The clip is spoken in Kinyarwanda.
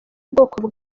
ubwoko